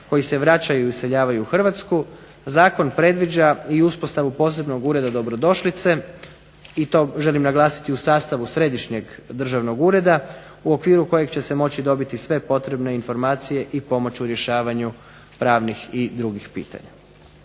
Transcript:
koji se vraćaju i useljavaju u Hrvatsku, zakon predviđa i uspostavu posebnog ureda dobrodošlice, i to želim naglasiti u sastavu središnjeg državnog ureda, u okviru kojeg će se moći dobiti sve potrebne informacije i pomoć u rješavanju pravnih i drugih pitanja.